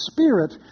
Spirit